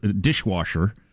dishwasher